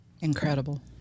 incredible